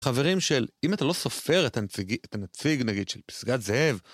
חברים של, אם אתה לא סופר, את הנציג, נגיד, של פסגת זאב.